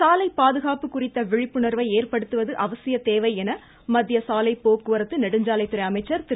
சாலை பாதுகாப்பு குறித்த விழிப்புணர்வை ஏற்படுத்துவது அவசிய தேவை என மத்திய சாலை போக்குவரத்து நெடுஞ்சாலைத்துறை அமைச்சர் திரு